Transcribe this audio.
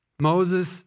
Moses